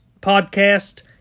podcast